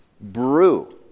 brew